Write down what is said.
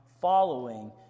following